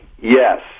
Yes